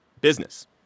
business